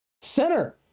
center